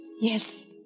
Yes